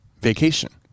vacation